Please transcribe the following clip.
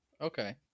Okay